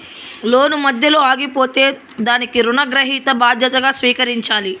లోను మధ్యలో ఆగిపోతే దానికి రుణగ్రహీత బాధ్యతగా స్వీకరించాలి